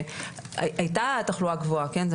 הייתה תחלואה גבוהה כן,